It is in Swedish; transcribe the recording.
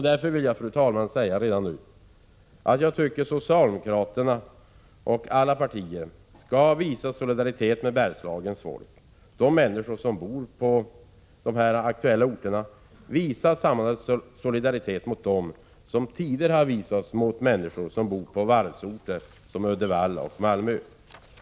Därför vill jag, fru talman, redan nu säga att jag anser att socialdemokraterna och alla andra partier skall visa solidaritet med Bergslagens folk. Vi bör visa samma solidaritet med de människor som bor här som vi gjorde med människorna i varvsorter som Uddevalla och Malmö.